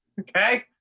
okay